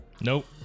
Nope